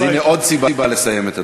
אז הנה עוד סיבה לסיים את הדברים.